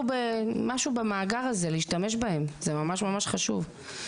משהו במאגר הזה, להשתמש בהן, זה ממש ממש חשוב.